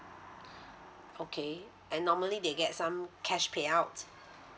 okay and normally they get some cash payout